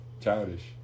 Childish